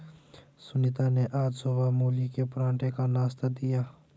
सुनीता ने आज सुबह मूली के पराठे का नाश्ता दिया